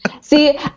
See